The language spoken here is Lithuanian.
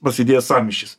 prasidėjo sąmyšis